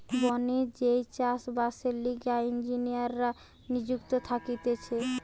বনে যেই চাষ বাসের লিগে ইঞ্জিনীররা নিযুক্ত থাকতিছে